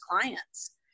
clients